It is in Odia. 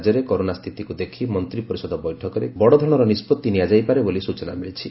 ରାଜ୍ୟରେ କରୋନା ସ୍ତିତିକୁ ଦେଖ ମନ୍ତୀ ପରିଷଦ ବୈଠକରେ କେତେକ ବଡଧରଣର ନିଷ୍ବଉି ନିଆଯାଇପାରେ ବୋଲି ସ୍ଚନା ମିଳିଛି